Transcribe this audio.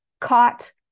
caught